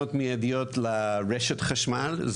פתרונות מיידיים לרשת החשמל.